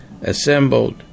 Assembled